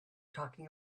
talking